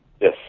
yes